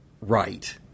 right